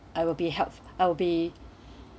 I will be hap~ I'll be